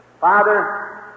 Father